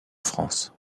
france